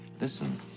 listen